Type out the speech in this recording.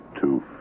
two